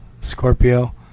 Scorpio